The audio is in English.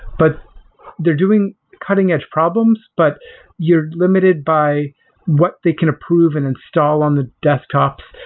but they're doing cutting-edge problems, but you're limited by what they can approve and install on the desktops,